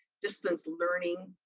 distance learning.